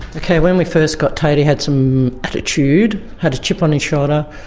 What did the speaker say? when we first got tate he had some attitude, had a chip on his shoulder,